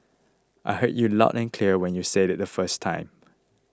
I heard you loud and clear when you said it the first time